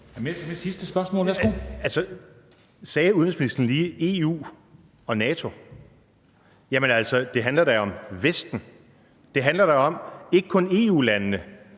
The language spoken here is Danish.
Morten Messerschmidt (DF): Siger udenrigsministeren lige EU og NATO? Jamen altså, det handler da om Vesten. Det handler da ikke kun om EU-landene,